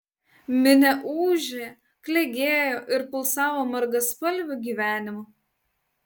minia ūžė klegėjo ir pulsavo margaspalviu gyvenimu